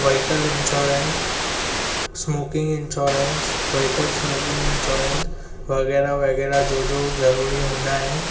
vehicle insurance smoking insurance vehicle smoking insurance वग़ैरह वग़ैरह जो जो ज़रूरी हूंदा आहिनि